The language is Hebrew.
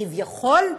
כביכול,